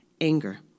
anger